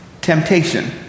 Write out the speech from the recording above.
temptation